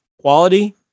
quality